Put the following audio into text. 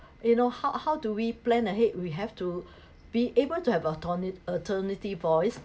you know how how do we plan ahead we have to be able to have alternate alternative voice